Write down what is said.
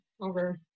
over